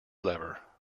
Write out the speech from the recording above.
lever